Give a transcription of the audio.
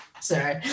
sorry